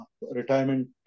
retirement